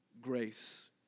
grace